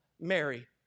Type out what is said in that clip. Mary